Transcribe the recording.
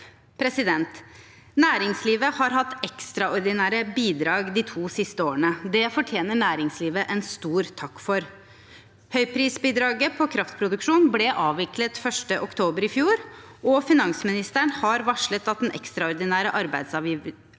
Næringslivet har hatt ekstraordinære bidrag de to siste årene. Det fortjener næringslivet en stor takk for. Høyprisbidraget på kraftproduksjon ble avviklet 1. oktober i fjor, og finansministeren har varslet at den ekstraordinære arbeidsgiveravgiften